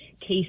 case